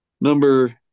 Number